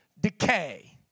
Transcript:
decay